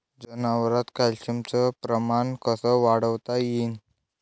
जनावरात कॅल्शियमचं प्रमान कस वाढवता येईन?